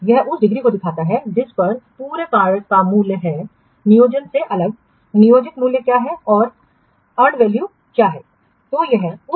यह उस डिग्री को दिखाता है जिस पर पूर्ण कार्य का मूल्य है नियोजित से अलग नियोजित मूल्य क्या था और अर्जित मूल्य क्या हैं